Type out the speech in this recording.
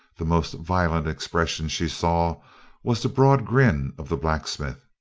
the most violent expression she saw was the broad grin of the blacksmith.